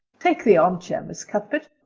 take the armchair, miss cuthbert.